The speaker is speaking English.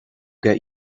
get